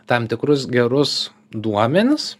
tam tikrus gerus duomenis